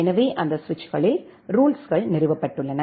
எனவே அந்த சுவிட்சுகளில் ரூல்ஸுகள் நிறுவப்பட்டுள்ளன